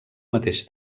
mateix